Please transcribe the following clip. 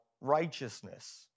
righteousness